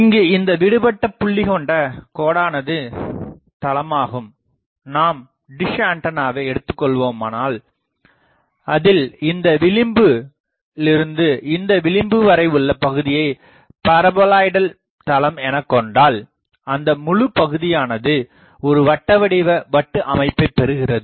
இங்கு இந்த விடுபட்ட புள்ளிகொண்ட கோடானது தளமாகும் நாம் டிஷ் ஆண்டனாவை எடுத்துக் கொள்வோமானால் அதில் இந்த விளிம்பில் இருந்து இந்த விளிம்பு வரை உள்ள பகுதியை பாரபோலாய்டல் தளம் எனக்கொண்டால் அந்த முழுபகுதியானது ஒரு வட்டவடிவ வட்டு அமைப்பை பெறுகிறது